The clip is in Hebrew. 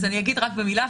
אני אגיד רק במילה,